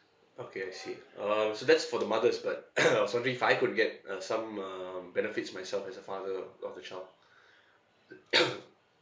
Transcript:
okay I see um so that's for the mothers but something if I could get uh some um benefits myself as a father of the child